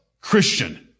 Christian